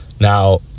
now